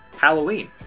Halloween